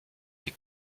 die